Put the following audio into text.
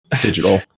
digital